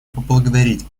поблагодарить